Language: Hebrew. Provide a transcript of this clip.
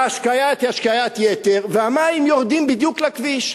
ההשקיה היא השקיית יתר והמים יורדים בדיוק לכביש.